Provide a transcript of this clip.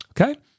Okay